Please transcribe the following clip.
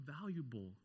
valuable